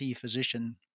physician